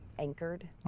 Anchored